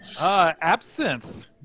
absinthe